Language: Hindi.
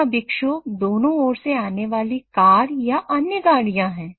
यहां विक्षोभ दोनों ओर से आने वाले कार या अन्य गाड़ियां है